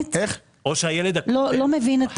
באמת לא עוסק